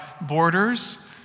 borders